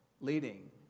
leading